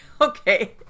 okay